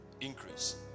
increase